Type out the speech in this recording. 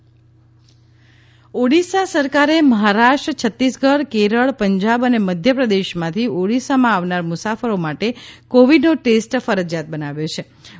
Odisha corona Odisha સરકારે મહારાષ્ટ્ર છત્તીસગઢ કેરળ પંજાબ અને મધ્ય પ્રદેશમાંથી ઓડિશામાં આવનાર મુસાફરો માટે કોવિડનો ટેસ્ટ ફરજીયાત બનાવ્યો છિ